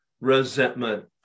resentment